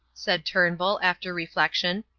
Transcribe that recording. said turnbull, after reflection,